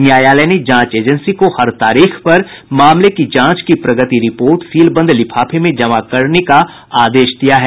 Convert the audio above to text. न्यायालय ने जांच एजेंसी को हर तारीख पर मामले की जांच की प्रगति रिपोर्ट सीलबंद लिफाफे में जमा करने का आदेश दिया है